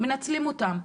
מנצלים אותם.